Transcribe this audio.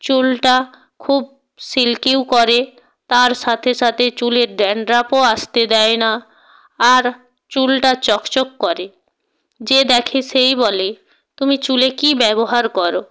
চুলটা খুব সিল্কিও করে তার সাথে সাথে চুলের ড্যানড্রাফও আসতে দেয় না আর চুলটা চকচক করে যে দেখে সেই বলে তুমি চুলে কী ব্যবহার করো